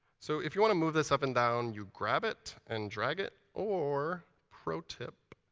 so if you want to move this up and down, you grab it and drag it or, protip,